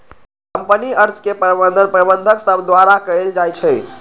company अर्थ के प्रबंधन प्रबंधक सभ द्वारा कएल जाइ छइ